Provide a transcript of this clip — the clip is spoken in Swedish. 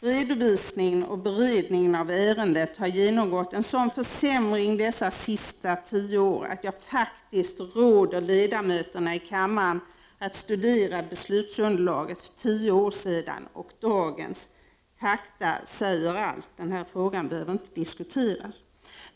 Redovisningen och beredningen av ärendet har genomgått en sådan försämring de senaste tio åren att jag faktiskt råder ledamöterna i kammaren att studera beslutsunderlaget för tio år sedan och dagens. Fakta säger allt. Den här frågan behöver inte diskuteras.